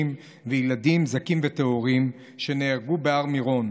וילדים זכים וטהורים שנהרגו בהר מירון.